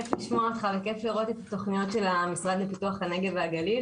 כיף לשמוע אותך וכיף לראות את התוכניות של המשרד לפיתוח הנגב והגליל.